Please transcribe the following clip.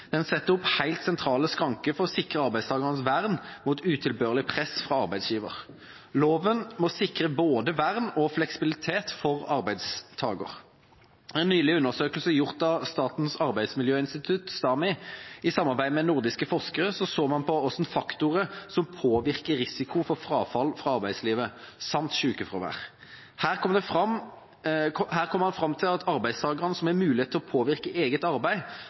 Den setter opp helt sentrale skranker for å sikre arbeidstakeres vern mot utilbørlig press fra arbeidsgiver. Loven må sikre både vern og fleksibilitet for arbeidstaker. I en nylig undersøkelse gjort av Statens arbeidsmiljøinstitutt, STAMI, i samarbeid med nordiske forskere så man på hvilke faktorer som påvirker risiko for frafall fra arbeidslivet, samt sykefravær. Her kom man fram til at arbeidstakere som har mulighet til å påvirke eget arbeid,